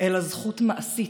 אלא זכות מעשית,